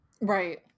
Right